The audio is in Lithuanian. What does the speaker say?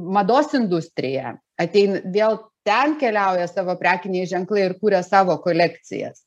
mados industrija atein vėl ten keliauja savo prekiniai ženklai ir kuria savo kolekcijas